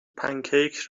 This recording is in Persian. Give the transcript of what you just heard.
پنکیک